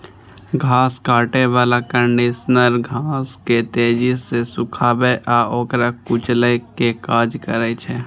घास काटै बला कंडीशनर घास के तेजी सं सुखाबै आ ओकरा कुचलै के काज करै छै